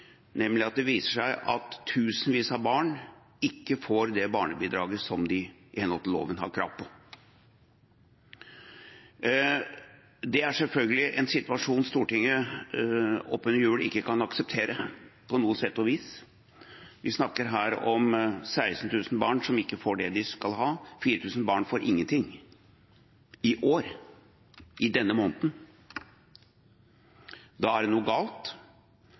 nemlig at det viser seg at tusenvis av barn ikke får det barnebidraget som de i henhold til loven har krav på. Det er selvfølgelig en situasjon som Stortinget oppunder jul ikke kan akseptere på noe sett og vis. Vi snakker her om 16 000 barn som ikke får det de skal ha – 4 000 barn får ingen ting i år, i denne måneden. Da er det noe galt,